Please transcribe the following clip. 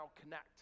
connect